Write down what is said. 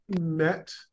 met